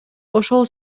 ошол